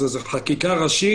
זה חקיקה ראשית.